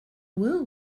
will